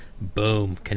boom